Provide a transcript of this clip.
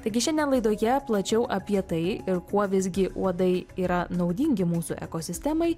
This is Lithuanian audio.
taigi šiandien laidoje plačiau apie tai ir kuo visgi uodai yra naudingi mūsų ekosistemai